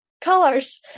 colors